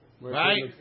right